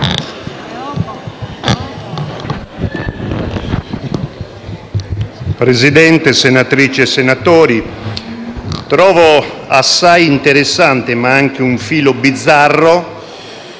Presidente, senatrici e senatori, trovo assai interessante, ma anche un filo bizzarro,